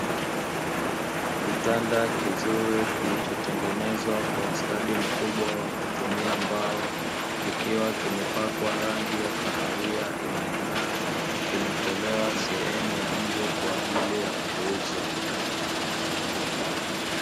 Kitanda kizuri kilichotengenezwa kwa ustadi mkubwa wa kutumia mbao, kikiwa kimepakwa rangi ya kahawia inayong'aa; kimetolewa sehemu ya nje kwa ajili ya kuuzwa.